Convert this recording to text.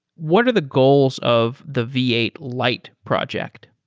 what are the goals of the v eight lite project?